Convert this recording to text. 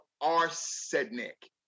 arsenic